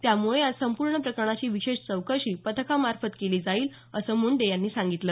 त्यामुळे या संपूर्ण प्रकरणाची विशेष चौकशी पथकामार्फत केली जाईल असं मुंडे यांनी सांगितलं